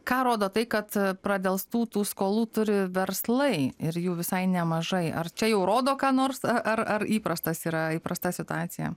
ką rodo tai kad pradelstų tų skolų turi verslai ir jų visai nemažai ar čia jau rodo ką nors ar ar įprastas yra įprasta situacija